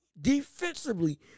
defensively